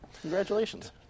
Congratulations